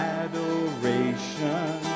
adoration